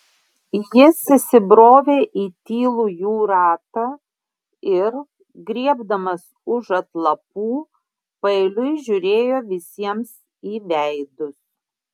jis įsibrovė į tylų jų ratą ir griebdamas už atlapų paeiliui žiūrėjo visiems į veidus